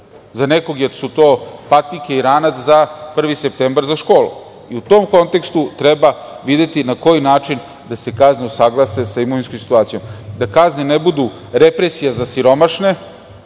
Za nekog su to patike i ranac za 1. septembar za školu.U tom kontekstu, treba videti na koji način da se kazne usaglase sa imovinskom situacijom, da kaznene budu represija za siromašne